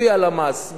לפי הלמ"ס,